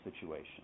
situation